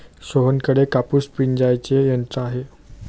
सोहनकडे कापूस पिंजायचे यंत्र आहे